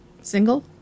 single